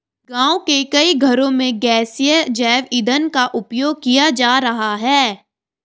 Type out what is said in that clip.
गाँव के कई घरों में गैसीय जैव ईंधन का उपयोग किया जा रहा है